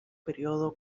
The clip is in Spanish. periodo